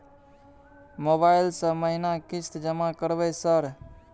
Mobile से महीना किस्त जमा करबै सर?